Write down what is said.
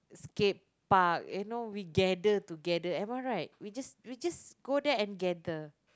skate park you know we gather together am I right we just we just go there and gather